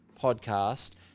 podcast